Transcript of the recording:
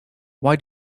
why